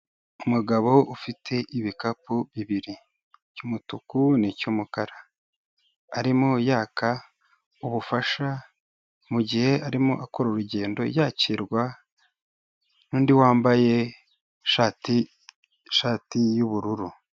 Umugabo ufite ibikapu bibiri, icy'umutuku n'icy'umukara, arimo yaka ubufasha mugihe arimo akora urugendo yakirwa n'undi wambaye ishati y'ubururu.